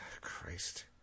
Christ